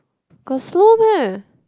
got slow meh